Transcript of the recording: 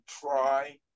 try